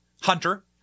Hunter